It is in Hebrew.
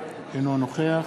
אינו נוכח